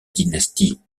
dynastie